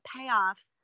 payoff